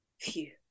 Phew